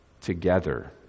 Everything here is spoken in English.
together